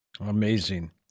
Amazing